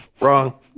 Wrong